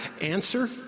Answer